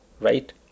right